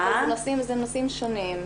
זה נושאים שונים.